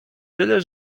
tyle